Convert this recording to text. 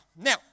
Now